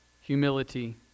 Humility